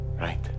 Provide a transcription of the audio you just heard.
Right